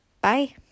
Bye